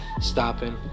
stopping